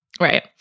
right